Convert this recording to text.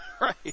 right